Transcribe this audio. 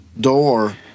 door